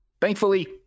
thankfully